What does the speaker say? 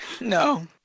No